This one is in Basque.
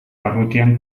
barrutian